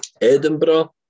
Edinburgh